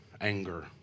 anger